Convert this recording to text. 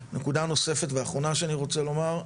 נקודה נוספת ואחרונה שאני רוצה לומר,